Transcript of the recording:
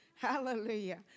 Hallelujah